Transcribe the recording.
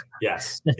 Yes